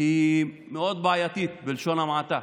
היא מאוד בעייתית, בלשון המעטה.